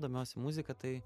domiuosi muzika tai